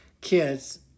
kids